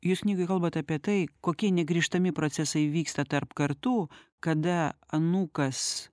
jūs knygoj kalbat apie tai kokie negrįžtami procesai vyksta tarp kartų kada anūkas